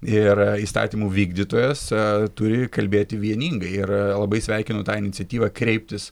ir įstatymų vykdytojas turi kalbėti vieningai ir labai sveikinu tą iniciatyvą kreiptis